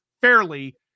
fairly